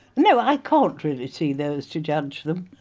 no, i can't really see those to judge them.